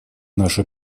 наша